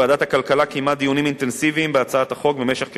ועדת הכלכלה קיימה דיונים אינטנסיביים בהצעת החוק במשך כחודש.